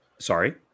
Sorry